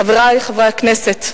חברי חברי הכנסת,